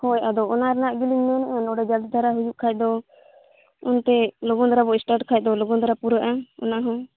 ᱦᱳᱭ ᱟᱫᱚ ᱚᱱᱟ ᱨᱮᱱᱟ ᱜᱮᱞᱤᱧ ᱢᱮᱱᱮᱫᱼᱟ ᱱᱚᱸᱰᱮ ᱡᱚᱞᱫᱤ ᱫᱷᱟᱨᱟ ᱦᱩᱭᱩᱜ ᱠᱷᱟᱱ ᱫᱚ ᱚᱱᱛᱮ ᱞᱚᱜᱚᱱ ᱫᱷᱟᱨᱟ ᱵᱚ ᱥᱴᱟᱴ ᱠᱷᱟᱱ ᱫᱚ ᱞᱚᱜᱚᱱ ᱫᱷᱟᱨᱟ ᱯᱩᱨᱟᱹᱜᱼᱟ ᱚᱱᱟ ᱦᱚᱸ